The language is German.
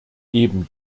eben